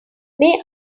may